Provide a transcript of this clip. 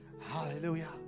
Hallelujah